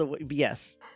Yes